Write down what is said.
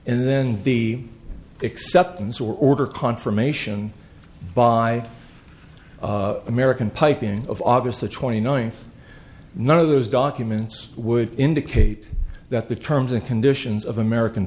and then the acceptance or order confirmation by american piping of august the twenty ninth none of those documents would indicate that the terms and conditions of american